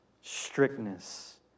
strictness